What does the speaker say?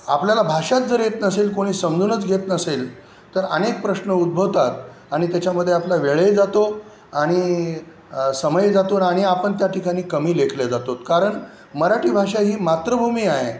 आपल्याला भाषाच जर येत नसेल कोणी समजूनच घेत नसेल तर अनेक प्रश्न उद्भवतात आणि त्याच्यामध्ये आपला वेळही जातो आणि समय जातो आणि आपण त्या ठिकाणी कमी लेखल्या जातो तर कारण मराठी भाषा ही मातृभूमी आहे